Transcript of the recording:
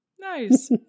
Nice